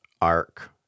arc